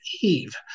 Eve